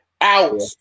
Out